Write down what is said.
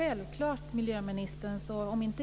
Fru talman!